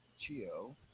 chio